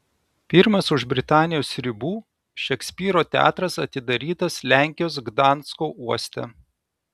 pirmas už britanijos ribų šekspyro teatras atidarytas lenkijos gdansko uoste